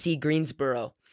Greensboro